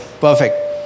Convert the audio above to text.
perfect